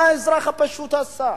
מה האזרח הפשוט עשה?